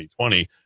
2020